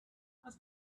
has